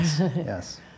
Yes